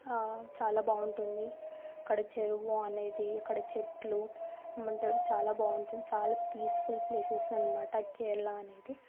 ఆ చాలా బాగుంటుంది అక్కడ చెరువు అనేది అక్కడ చెట్లు ఏమంటారు చాలా బాగుంటుంది చాలా పీస్ఫుల్ ప్లేసెస్ అన్నమాట కేరళ అనేది